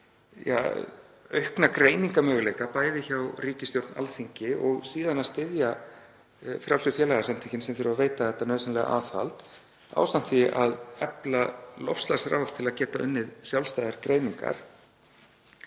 og auka greiningarmöguleika bæði hjá ríkisstjórn og Alþingi og síðan að styðja frjálsu félagasamtökin sem þurfa að veita þetta nauðsynlega aðhald ásamt því að efla loftslagsráð til að geta unnið sjálfstæðar greiningar.